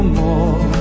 more